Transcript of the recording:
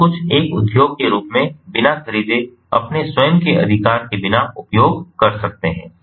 सब कुछ एक उद्योग के रूप में बिना खरीदे अपने स्वयं के अधिकार के बिना उपयोग कर सकते हैं